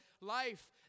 life